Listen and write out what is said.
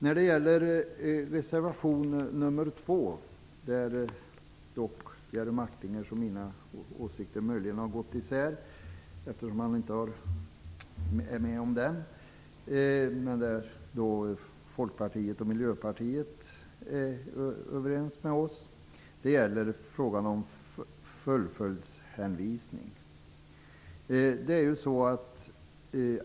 När det gäller reservation nr 2 går Jerry Martingers och mina åsikter möjligen isär, eftersom han inte är med om den, men där är Folkpartiet och Miljöpartiet överens med oss i Vänsterpartiet. Det gäller frågan om fullföljdshänvisning.